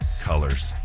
colors